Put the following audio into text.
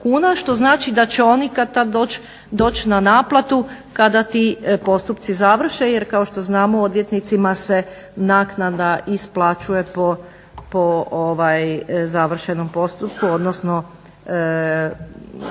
što znači da će oni kad-tad doći na naplatu kada ti postupci završe jer kao što znamo, odvjetnicima se naknada isplaćuje po završenom postupku, odnosno